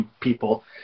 people